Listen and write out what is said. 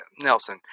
Nelson